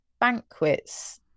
banquets